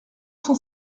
cent